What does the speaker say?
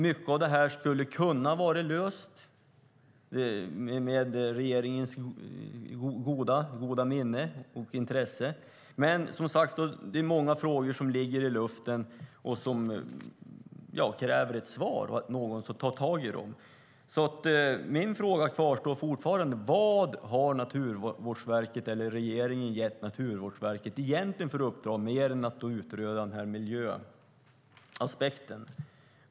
Mycket av det här skulle ha kunnat vara löst med regeringens goda minne och intresse. Men det är som sagt många frågor som hänger i luften och som kräver ett svar och att någon tar tag i dem. Min fråga kvarstår: Vad har regeringen gett Naturvårdsverket för uppdrag mer än att utreda miljöaspekten?